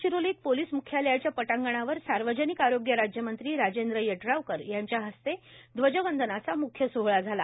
गडचिरोलीत पोलिस म्ख्यालयाच्या पटांगणावर सार्वजनिक आरोग्य राज्यमंत्री राजेंद्र यड्रावकर यांच्या हस्ते ध्वजवंदनाचा म्ख्य सोहळा झाला